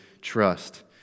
trust